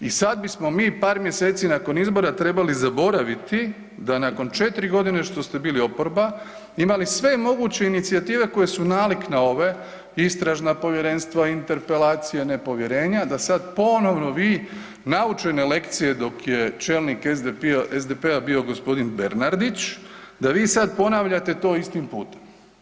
I sad bismo mi par mjeseci nakon izbora trebali zaboraviti da nakon 4.g. što ste bili oporba imali sve moguće inicijative koje su nalik na ove, istražna povjerenstva, interpelacije, nepovjerenja, da sad ponovno vi naučene lekcije dok je čelnik SDP-a bio g. Bernardić da vi sad ponavljate to istim putem.